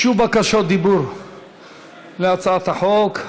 הוגשו בקשות דיבור להצעת החוק.